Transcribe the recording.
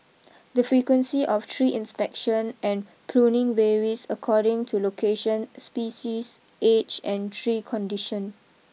the frequency of tree inspection and pruning varies according to location species age and tree condition